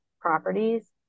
properties